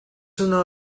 una